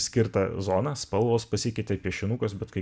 skirtą zoną spalvos pasikeitė piešinukas bet kai